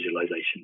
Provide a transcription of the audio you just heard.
visualization